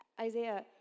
Isaiah